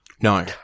No